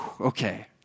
okay